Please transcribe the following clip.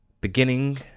Beginning